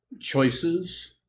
Choices